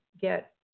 get